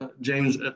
james